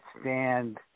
stand